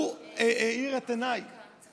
הוא האיר את עיניי